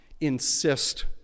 insist